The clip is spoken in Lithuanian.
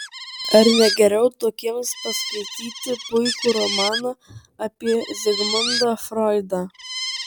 ar ne geriau tokiems paskaityti puikų romaną apie zigmundą froidą